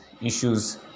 issues